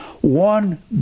one